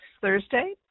Thursday